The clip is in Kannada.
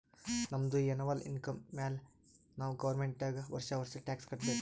ನಮ್ದು ಎನ್ನವಲ್ ಇನ್ಕಮ್ ಮ್ಯಾಲೆ ನಾವ್ ಗೌರ್ಮೆಂಟ್ಗ್ ವರ್ಷಾ ವರ್ಷಾ ಟ್ಯಾಕ್ಸ್ ಕಟ್ಟಬೇಕ್